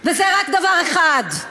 וזה רק דבר אחד.